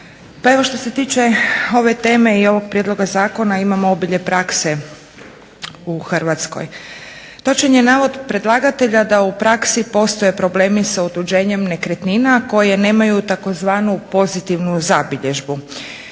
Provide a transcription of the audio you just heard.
što se tiče ove teme i ovog prijedloga zakona imamo obilje prakse u Hrvatskoj. Točan je navod predlagatelja da u praksi postoje problemi sa otuđenjem nekretnina koje nemaju tzv. pozitivnu zabilježbu.